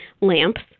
lamps